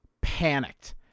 panicked